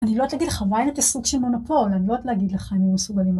אני לא יודעת להגיד לך מה היא היתה, סוג של מונופול, אני לא אתגיד לך איזה סוג.